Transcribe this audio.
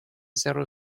zéro